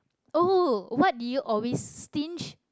!oh! what do you always stinge